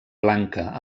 blanca